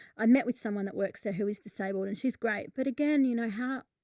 i met with someone that works there who is disabled, and she's great, but again, you know, how.